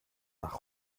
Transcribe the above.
nach